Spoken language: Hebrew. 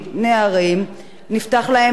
והוא נסגר טרם גיוסם,